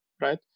right